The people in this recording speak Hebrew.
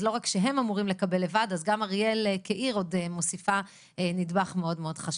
לא רק שהם אמורים לקבל לבד אז גם אריאל כעיר מוסיפה נדבך מאוד חשוב.